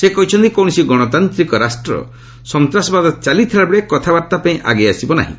ସେ କହିଛନ୍ତି କୌଣସି ଗଣତାନ୍ତିକ ରାଷ୍ଟ୍ର ସନ୍ତାସବାଦ ଚାଲିଥିଲାବେଳେ କଥାବାର୍ତ୍ତା ପାଇଁ ଆଗେଇ ଆସିବ ନାହିଁ